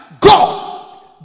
God